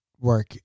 work